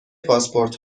پاسپورت